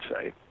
say